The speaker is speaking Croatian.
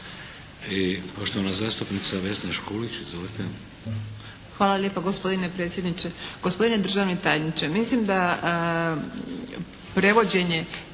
I poštovana zastupnica Vesna Škulić. Izvolite. **Škulić, Vesna (SDP)** Hvala lijepo gospodine predsjedniče. Gospodine državni tajniče mislim da prevođenje